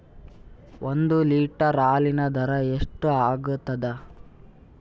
ಒಂದ್ ಲೀಟರ್ ಹಾಲಿನ ದರ ಎಷ್ಟ್ ಆಗತದ?